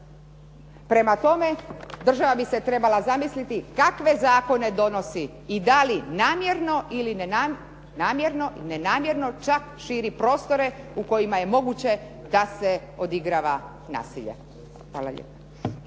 Prema tome, država bi se trebala zamisliti kakve zakone donosi i da li namjerno ili namjerno čak širi prostore u kojima je moguće da se odigrava nasilje. Hvala lijepo.